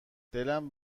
دلم